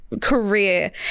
career